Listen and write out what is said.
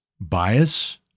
bias